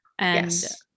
yes